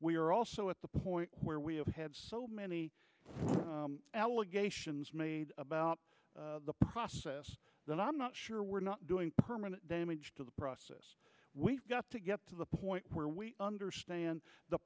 are also at the point where we have had so many allegations made about the process then i'm not sure we're not doing permanent damage to the process we've got to get to the point where we understand the